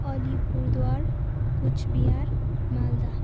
Alipurduar Coochbehar Malda